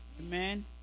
Amen